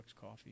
coffee